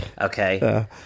Okay